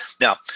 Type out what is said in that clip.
Now